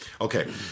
okay